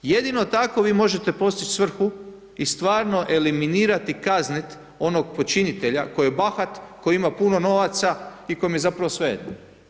Jedino tako vi možete postići svrhu i stvarno eliminirati i kaznit onog počinitelja koji je bahat, koji ima puno novaca i kojem je zapravo svejedno.